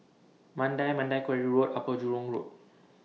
Mandai Mandai Quarry Road Upper Jurong Road